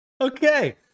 okay